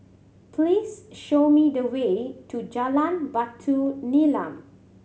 please show me the way to Jalan Batu Nilam